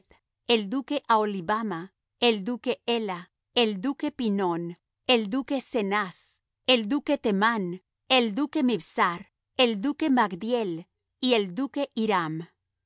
el duque aholibama el duque ela el duque pinón el duque cenaz el duque temán el duque mibzar el duque magdiel y el duque hiram